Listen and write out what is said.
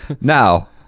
Now